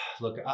look